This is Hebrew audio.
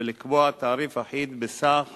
ולקבוע תעריף אחיד בסך